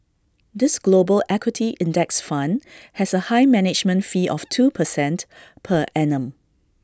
this global equity index fund has A high management fee of two percent per annum